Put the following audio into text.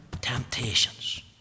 Temptations